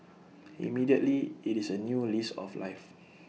immediately IT is A new lease of life